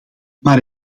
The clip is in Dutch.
maar